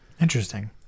interesting